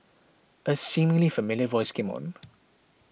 a seemingly familiar voice came on